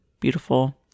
beautiful